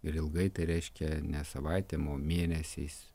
ir ilgai tai reiškia ne savaitėm o mėnesiais